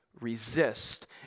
resist